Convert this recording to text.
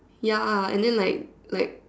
ya and then like like